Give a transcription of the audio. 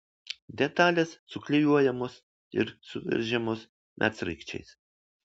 detalės suklijuojamos ir suveržiamos medsraigčiais